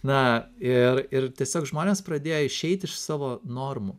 na ir ir tiesiog žmonės pradėjo išeit iš savo normų